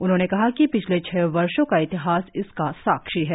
उन्होंने कहा कि पिछले छह वर्षों का इतिहास इसका साक्षी है